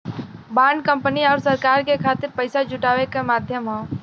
bond company आउर सरकार के खातिर पइसा जुटावे क माध्यम हौ